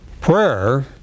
Prayer